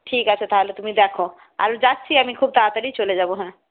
ঠিক আছে তাহলে তুমি দেখো আর যাচ্ছি আমি খুব তাড়াতাড়িই চলে যাব হ্যাঁ